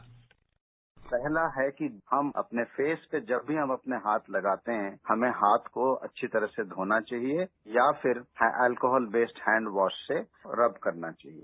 sound bite पहला है कि हम अपने फेस पर जब भी हम अपने हाथ लगाते हैं हमें हाथ को अच्छी तरह से घोना चाहिए या फिर एल्कोहल बेस हैंडवॉश से रब करना चाहिए